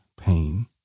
pain